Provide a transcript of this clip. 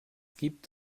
gibt